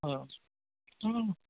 হয়